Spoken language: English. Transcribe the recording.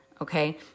okay